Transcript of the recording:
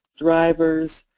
drivers,